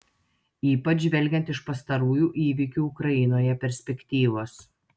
ypač žvelgiant iš pastarųjų įvykių ukrainoje perspektyvos